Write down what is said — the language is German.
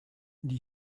die